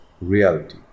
reality